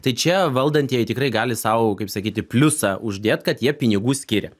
tai čia valdantieji tikrai gali sau kaip sakyti pliusą uždėt kad jie pinigų skiria